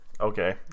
Okay